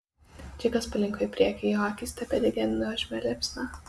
džekas palinko į priekį jo akys tebedegė nuožmia liepsna